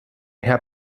herr